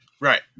Right